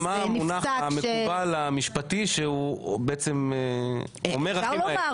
אז נפסק ש -- מה המונח המקובל המשפטי שהוא בעצם אומר הכי מהר?